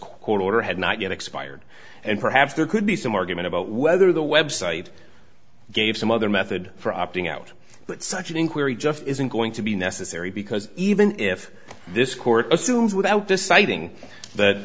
quarter had not yet expired and perhaps there could be some argument about whether the website gave some other method for opting out but such an inquiry just isn't going to be necessary because even if this court assumes without